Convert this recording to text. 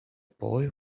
boy